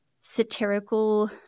satirical